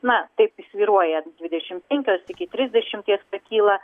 na taipjis svyruoja dvidešimt penkios iki trisdešimties pakyla